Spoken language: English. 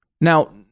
Now